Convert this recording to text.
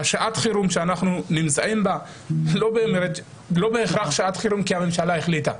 שעת החירום שאנחנו נמצאים בה לא בהכרח שעת חירום כי הממשלה החליטה,